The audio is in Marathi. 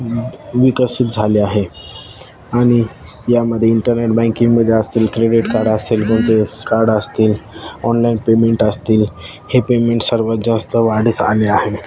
विकसित झाले आहे आणि यामध्ये इंटरनेट बँकिंगमध्ये असतील क्रेडीट कार्ड असतील कोणते कार्ड असतील ऑनलाईन पेमेंट असतील हे पेमेंट सर्वात जास्त वाढीस आले आहे